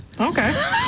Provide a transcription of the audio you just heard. Okay